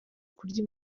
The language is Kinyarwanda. kurya